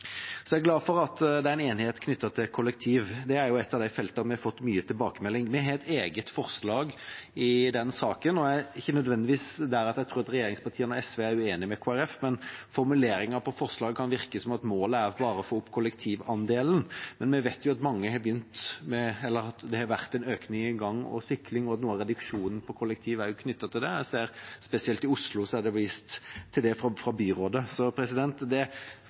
Jeg er glad for at det er enighet knyttet til kollektiv. Det er jo et av de feltene der vi har fått mye tilbakemelding. Vi har et eget forslag i den saken. Jeg er ikke nødvendigvis der at jeg tror at regjeringspartiene og SV er uenig med Kristelig Folkeparti, men formuleringen i forslaget kan virke som at målet bare er å få opp kollektivandelen. Men vi vet jo at det har vært en økning i gange og sykling, og at noe av reduksjonen i kollektiv er knyttet til det. Jeg ser spesielt at i Oslo er det vist til det fra byrådet. Så hovedpoenget må være at bilbruken går ned, ikke bare at kollektiv må opp på samme andel som før. Det